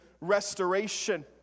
restoration